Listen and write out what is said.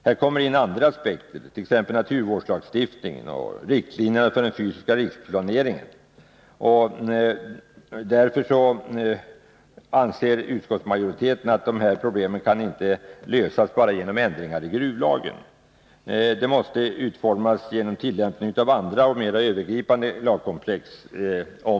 Här kommer andra aspekter in: naturvårdslagstiftningen och riktlinjer för fysisk riksplanering. Därför anser majoriteten att dessa problem inte kan lösas genom ändringar i gruvlagen. Om man skall få en definitiv lösning på dessa problem, måste man gå in på andra och mera övergripande lagkomplex.